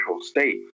state